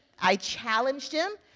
i challenged them,